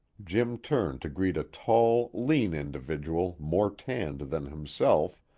jim turned to greet a tall, lean individual more tanned than himself,